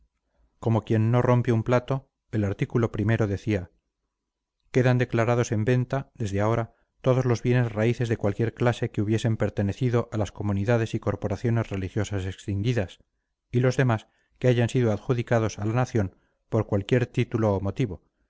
como quien no rompe un plato el artículo o decía quedan declarados en venta desde ahora todos los bienes raíces de cualquier clase que hubiesen pertenecido a las comunidades y corporaciones religiosas extinguidas y los demás que hayan sido adjudicados a la nación por cualquier título o motivo